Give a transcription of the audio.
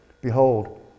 Behold